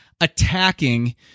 attacking